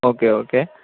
okay okay